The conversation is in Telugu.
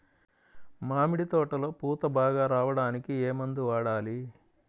మామిడి తోటలో పూత బాగా రావడానికి ఏ మందు వాడాలి?